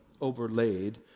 overlaid